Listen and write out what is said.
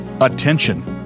attention